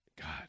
God